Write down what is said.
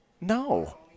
No